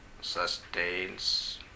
sustains